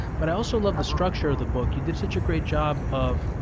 but i also love the structure of the book. you did such a great job of.